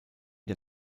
der